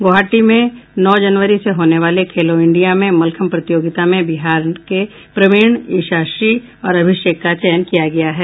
गुवहाटी में नौ जनवरी से होने वाले खेलो इंडिया में मलखम्भ प्रतियोगिता में बिहार के प्रवीण ईशा श्री और अभिषेक का चयन किया गया है